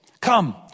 Come